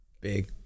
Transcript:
big